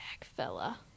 fella